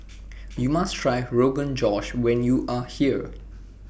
YOU must Try Rogan Josh when YOU Are here